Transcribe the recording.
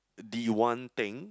the one thing